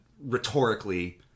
rhetorically